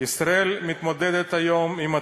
ישראל מתמודדת היום עם הטרור.